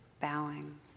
bowing